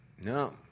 No